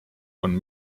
von